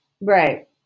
Right